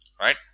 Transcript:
right